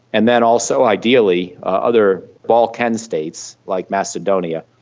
and then also ideally other balkan states like macedonia,